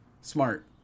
smart